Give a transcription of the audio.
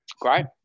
Great